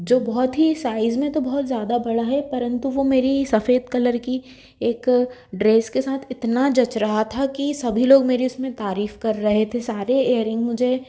जो बहुत ही साइज़ में तो बहुत ज़्यादा बड़ा है परंतु वह मेरी सफ़ेद कलर की एक ड्रेस के साथ इतना जंच रहा था कि सभी लोग मेरी उसमें तारीफ़ कर रहे थे सारे एयरिंग मुझे